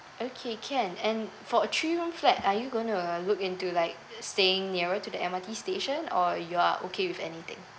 okay can and for a three room flat are you going to look into like staying nearer to the M_R_T station or you are okay with anything